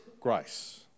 grace